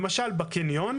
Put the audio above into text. בקניון,